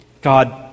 God